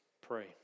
pray